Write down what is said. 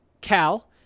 Cal